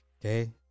Okay